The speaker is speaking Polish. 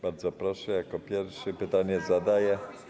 Bardzo proszę, jako pierwszy pytanie zadaje.